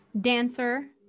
Dancer